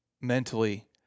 mentally